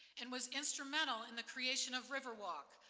and was instrumental in the creation of riverwalk,